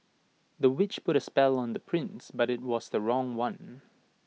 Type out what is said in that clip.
the witch put A spell on the prince but IT was the wrong one